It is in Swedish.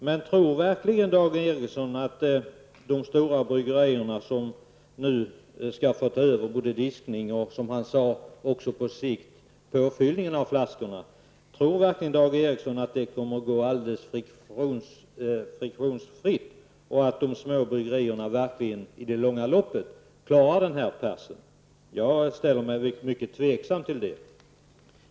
Men tror verkligen Dag Ericson att det kommer att gå alldeles friktionsfritt när de stora bryggerierna nu skall ta över både diskning och -- som han sade -- på sikt också påfyllningen av flaskorna? Och tror Dag Ericson att de små bryggerierna i det långa loppet klarar den här pärsen? Jag ställer mig mycket tveksam till det.